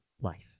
life